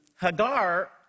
Hagar